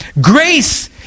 Grace